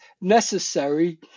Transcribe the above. necessary